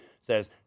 says